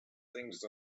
things